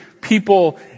people